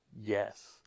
Yes